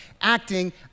acting